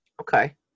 Okay